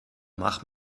mach